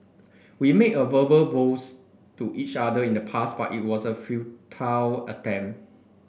we made a verbal vows to each other in the past but it was a futile attempt